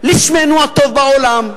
לשמנו הטוב בעולם.